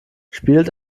spielt